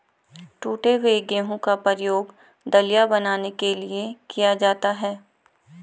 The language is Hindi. टूटे हुए गेहूं का प्रयोग दलिया बनाने के लिए किया जाता है